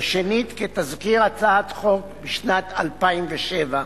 ושנית כתזכיר הצעת חוק בשנת 2007,